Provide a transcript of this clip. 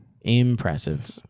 Impressive